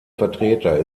vertreter